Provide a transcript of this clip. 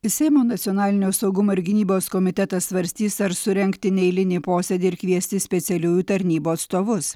seimo nacionalinio saugumo ir gynybos komitetas svarstys ar surengti neeilinį posėdį ir kviesti specialiųjų tarnybų atstovus